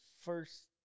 first